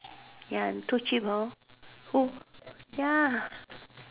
ya and too cheap hor who ya